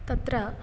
तत्र